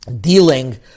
Dealing